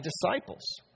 disciples